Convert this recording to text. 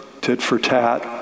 tit-for-tat